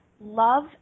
love